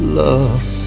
love